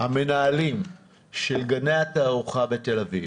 מהמנהלים של גני התערוכה בתל אביב,